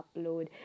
upload